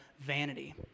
vanity